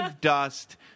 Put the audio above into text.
dust